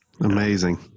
Amazing